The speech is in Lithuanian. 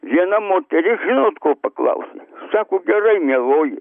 viena moteris žinot ko paklausė sako gerai mieloji